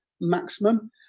maximum